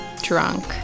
drunk